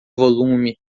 volume